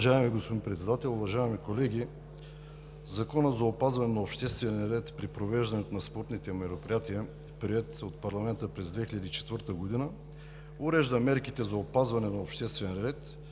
Уважаеми господин Председател, уважаеми колеги! Законът за опазване на обществения ред при провеждането на спортните мероприятия, приет от парламента през 2004 г., урежда мерките за опазване на обществения ред,